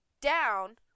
down